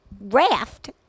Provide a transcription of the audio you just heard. raft